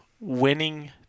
winning